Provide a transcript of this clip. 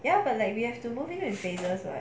ya but like we have to moving and failures [what]